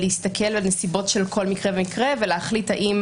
להסתכל בנסיבות של כל מקרה ומקרה ולהחליט האם